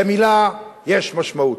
למלה יש משמעות.